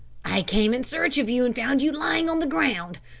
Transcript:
i came in search of you and found you lying on the ground,